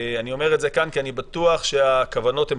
אני אומר את זה כאן כי אני בטוח שהכוונות הן